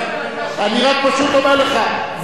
אני רק פשוט אומר לך,